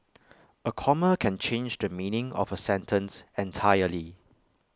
A comma can change the meaning of A sentence entirely